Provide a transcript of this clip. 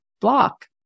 block